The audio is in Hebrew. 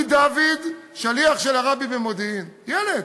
אני דוד, שליח של הרבי במודיעין, ילד,